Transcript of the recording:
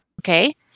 Okay